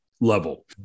Level